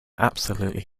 absolutely